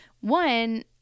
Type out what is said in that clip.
one